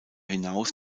hinaus